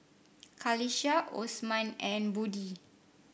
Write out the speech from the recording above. Qalisha Osman and Budi